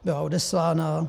Byla odeslána?